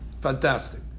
Fantastic